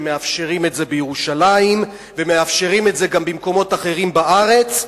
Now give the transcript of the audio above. שמאפשרים את זה בירושלים ומאפשרים את זה גם במקומות אחרים בארץ.